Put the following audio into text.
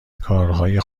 کارهای